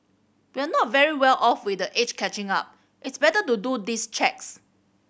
we're not very well off with age catching up it's better to do these checks